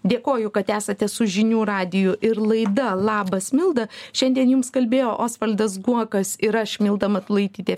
dėkoju kad esate su žinių radiju ir laida labas milda šiandien jums kalbėjo osvaldas guokas ir aš milda matulaitytė